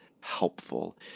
helpful